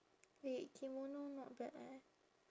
wait kimono not bad eh